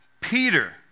Peter